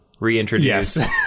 reintroduce